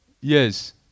Yes